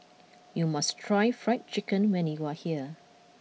you must try Fried Chicken when you are here